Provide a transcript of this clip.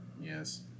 Yes